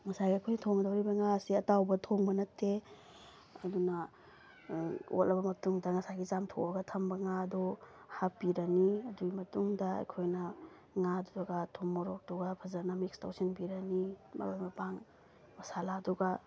ꯉꯁꯥꯏꯒꯤ ꯑꯩꯈꯣꯏꯅ ꯊꯣꯡꯒꯗꯧꯔꯤꯕ ꯉꯥ ꯑꯁꯤ ꯑꯇꯥꯎꯕ ꯊꯣꯡꯕ ꯅꯠꯇꯦ ꯑꯗꯨꯅ ꯑꯣꯠꯂꯕ ꯃꯇꯨꯡꯗ ꯉꯁꯥꯏꯒꯤ ꯆꯥꯝꯊꯣꯛꯑꯒ ꯊꯝꯕ ꯉꯥ ꯑꯗꯣ ꯍꯥꯞꯄꯤꯔꯅꯤ ꯑꯗꯨꯒꯤ ꯃꯇꯨꯡꯗ ꯑꯩꯈꯣꯏꯅ ꯉꯥꯗꯨꯒ ꯊꯨꯝ ꯃꯣꯔꯣꯛꯇꯨꯒ ꯐꯖꯅ ꯃꯤꯛꯁ ꯇꯧꯁꯤꯟꯕꯤꯔꯅꯤ ꯃꯔꯣꯏ ꯃꯄꯥꯡ ꯃꯁꯥꯂꯥꯗꯨꯒ